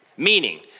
Meaning